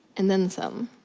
and then some.